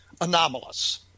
anomalous